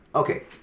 Okay